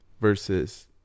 versus